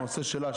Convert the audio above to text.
בנושא שלה,